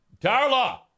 Darla